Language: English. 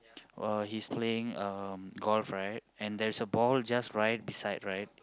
uh he is playing um golf right and there's a ball just right beside right